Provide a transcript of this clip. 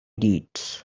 deeds